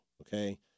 okay